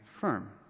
firm